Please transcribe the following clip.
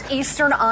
eastern